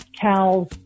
cows